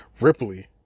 Ripley